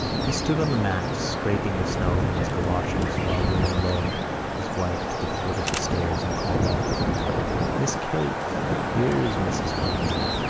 he stood on the mat, scraping the snow from his goloshes, while lily led his wife to the foot of the stairs and called out miss kate, here's mrs. conroy.